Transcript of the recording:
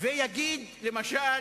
ויגיד, למשל,